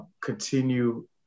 continue